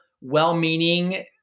well-meaning